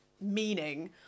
meaning